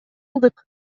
алдык